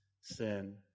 sin